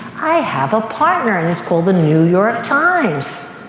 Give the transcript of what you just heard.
i have a partner and it's called the new york times.